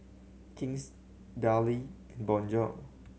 King's Darlie and Bonjour